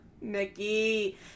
Nikki